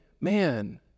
man